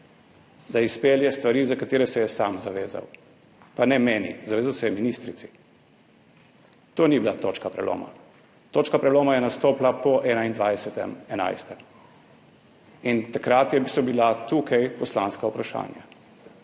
da izpelje stvari, za katere se je sam zavezal, pa ne meni, zavezal se je ministrici. To ni bila točka preloma. Točka preloma je nastopila po 21. 11. in takrat so bila tukaj poslanska vprašanja.